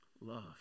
love